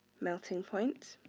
melting point